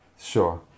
Sure